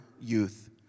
youth